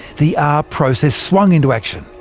the r-process swung into action,